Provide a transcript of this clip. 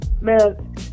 man